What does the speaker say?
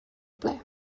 ple